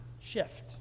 shift